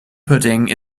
pudding